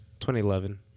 2011